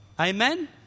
Amen